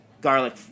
Garlic